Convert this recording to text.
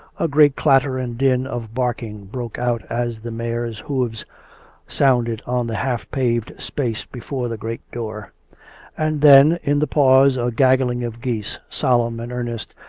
a great clatter and din of barking broke out as the mare's hoofs sounded on the half-paved space before the great door and then, in the pause, a gaggling of geese, solemn and earnest,